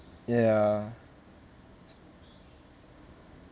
ya